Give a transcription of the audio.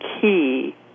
key